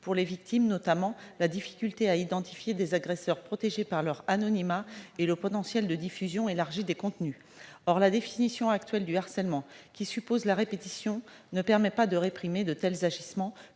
pour les victimes, notamment la difficulté à identifier des agresseurs protégés par leur anonymat et le potentiel de diffusion élargi des contenus. Or la définition actuelle du harcèlement, qui suppose la répétition, ne permet pas de réprimer de tels agissements,